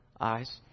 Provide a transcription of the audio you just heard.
eyes